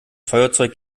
feuerzeug